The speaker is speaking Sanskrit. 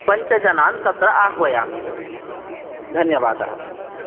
पञ्चजनान् तत्र आह्वयामि धन्यवादः